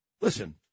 Listen